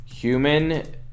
Human